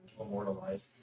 immortalized